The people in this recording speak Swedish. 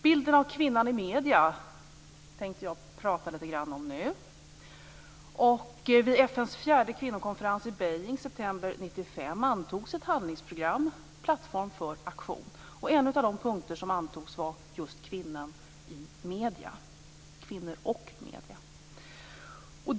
Jag tänkte prata litet grand om bilden av kvinnan i medierna nu. Vid FN:s fjärde kvinnokonferens i Beijing i september 1995 antogs ett handlingsprogram, Plattform för aktion. En av de punkter som antogs var just kvinnor och medier.